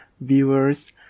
viewers